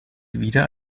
wieder